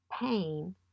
pain